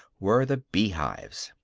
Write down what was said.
were the bee-hives.